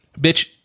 Bitch